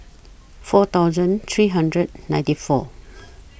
four thousand three hundred ninety four